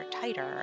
tighter